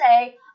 say